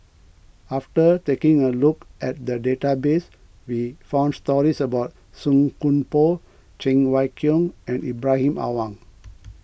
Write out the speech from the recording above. after taking a look at the database we found stories about Song Koon Poh Cheng Wai Keung and Ibrahim Awang